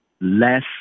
Less